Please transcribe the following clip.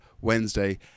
Wednesday